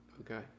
Okay